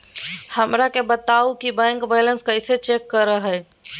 हमरा के बताओ कि बैंक बैलेंस कैसे चेक करो है?